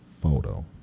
photo